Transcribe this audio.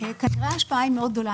כנראה ההשפעה גדולה מאוד.